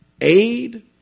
aid